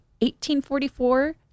1844